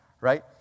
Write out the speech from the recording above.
right